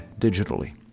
digitally